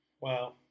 Wow